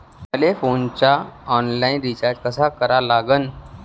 मले फोनचा online recharge कसा करा लागन?